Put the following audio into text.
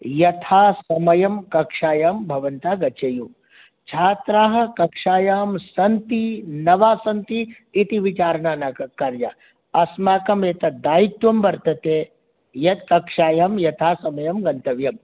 यथासमयं कक्षायां भवन्तः गच्छेयुः छात्राः कक्षायां सन्ति न वा सन्ति इति विचारणा न कार्या अस्माकमेतत् दायित्वं वर्तते यत् कक्षायां यथासमयं गन्तव्यं